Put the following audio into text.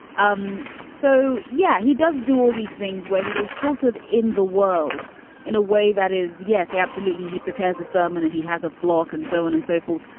um so, yeah, he does do all these things where he is sort of in the world in a way that is. yes, absolutely. he prepares a sermon and he has a flock and so on and so forth.